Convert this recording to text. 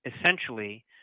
Essentially